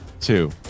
two